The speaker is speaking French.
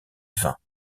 vins